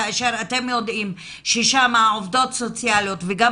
כאשר אתם יודעים ששם עובדות סוציאליות וגם